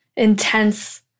Intense